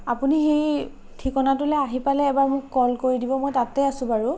আপুনি সেই ঠিকনাটোলে আহি পালে এবাৰ মোক কল কৰি দিব মই তাতে আছোঁ বাৰু